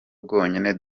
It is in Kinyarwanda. bwonyine